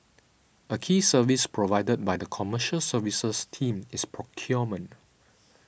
a key service provided by the Commercial Services team is procurement